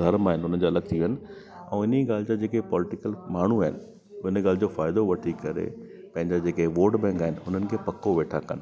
धर्म आहिनि उन जा अलॻि थी विया आहिनि ऐं इन्हीअ ॻाल्हि जा जेके पॉलिटिकल माण्हू आहिनि उन ॻाल्हि जो फ़ाइदो वठी करे पंहिंजा जेके वोट बैंक आहिनि उन्हनि खे पको वेठा कनि